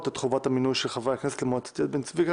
את חובת המינוי של חברי הכנסת למועצת יד בן-צבי,